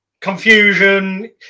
confusion